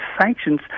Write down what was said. sanctions